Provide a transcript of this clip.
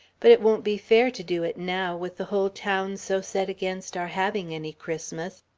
but it won't be fair to do it now, with the whole town so set against our having any christmas.